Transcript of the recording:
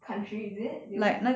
country is it do you know